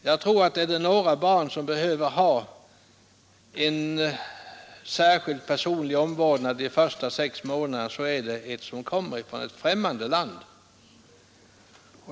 Jag tror att om några barn behöver ha en särskild personlig omvårdnad under de första sex månaderna, så är det barn som kommer från ett främmande land.